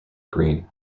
greene